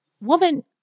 woman